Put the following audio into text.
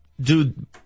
dude